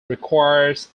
requires